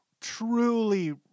truly